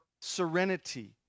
serenity